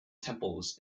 temples